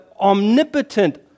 omnipotent